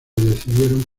decidieron